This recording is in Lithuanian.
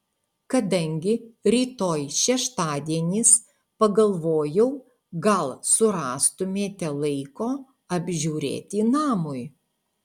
kadangi rytoj šeštadienis pagalvojau gal surastumėte laiko apžiūrėti namui